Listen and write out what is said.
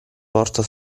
porta